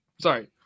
Sorry